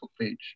page